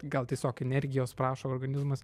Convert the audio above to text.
gal tiesiog energijos prašo organizmas